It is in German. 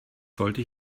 sollte